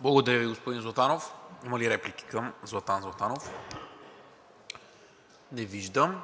Благодаря Ви, господин Златанов. Има ли реплики към Златан Златанов? Не виждам.